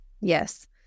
Yes